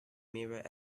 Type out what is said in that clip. mirror